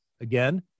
Again